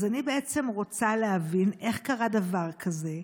אז אני בעצם רוצה להבין איך קרה דבר כזה.